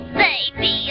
baby